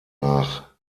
nach